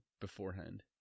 beforehand